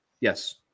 Yes